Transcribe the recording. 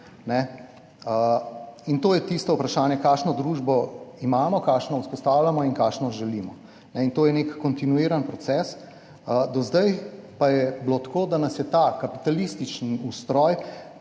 To je tisto vprašanje, kakšno družbo imamo, kakšno vzpostavljamo in kakšno želimo. To je nek kontinuiran proces. Do zdaj pa je bilo tako, da nas je ta kapitalistični ustroj